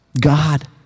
God